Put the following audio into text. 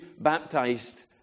baptized